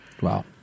Wow